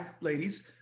ladies